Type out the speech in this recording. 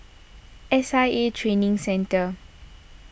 S I A Training Centre